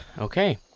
Okay